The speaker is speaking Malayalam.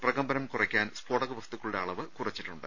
പ്രകമ്പനം കുറയ്ക്കാൻ സ്ഫോടക വസ്തുക്കളുടെ അളവ് കുറച്ചിട്ടുണ്ട്